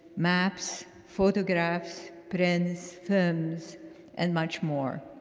maps, photographs, prints, films and much more.